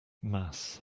mass